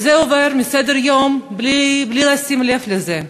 וזה עובר מסדר-היום בלי שנשים לב לזה,